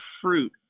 fruit